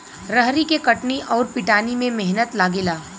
रहरी के कटनी अउर पिटानी में मेहनत लागेला